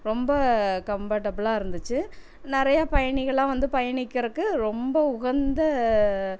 ரொம்ப கம்பட்டபுளாக இருந்துச்சு நிறையா பயணிகள்லாம் வந்து பயணிக்கிறதுக்கு ரொம்ப உகந்த